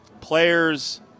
players